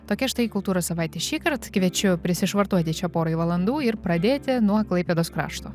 tokia štai kultūros savaitė šįkart kviečiu prisišvartuoti čia porai valandų ir pradėti nuo klaipėdos krašto